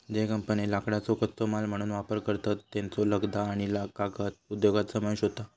ज्ये कंपन्ये लाकडाचो कच्चो माल म्हणून वापर करतत, त्येंचो लगदा आणि कागद उद्योगात समावेश होता